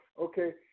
okay